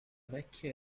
vecchia